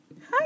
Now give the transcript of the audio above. Hi